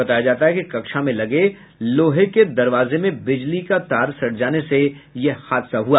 बताया जाता है कि कक्षा में लगे लोहे के दरवाजे में बिजली का तार सट जाने से ये हादसा हुआ